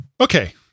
Okay